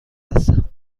هستند